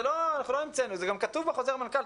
זה גם כתוב בחוזר מנכ"ל.